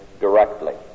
directly